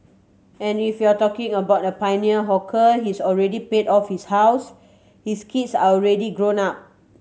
and if you're talking about a pioneer hawker he's already paid off his house his kids are already grown up